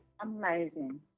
amazing